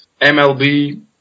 MLB